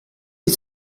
wie